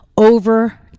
over